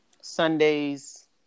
Sundays